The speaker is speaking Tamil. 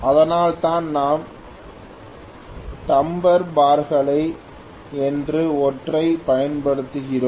அதனால்தான் நாம் டம்பர் பார்கள் என்று ஒன்றைப் பயன்படுத்துகிறோம்